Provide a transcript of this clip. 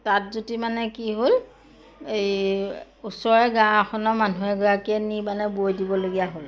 তাঁত যুটি মানে কি হ'ল এই ওচৰৰে গাঁও এখনৰ মানুহ এগৰাকীয়ে নি মানে বৈ দিবলগীয়া হ'ল